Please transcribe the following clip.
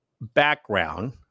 background